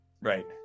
right